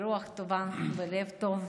ברוח טובה ובלב טוב.